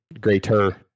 Greater